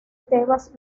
tebas